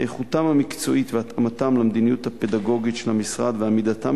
איכותם המקצועית והתאמתם למדיניות הפדגוגית של המשרד ועמידתם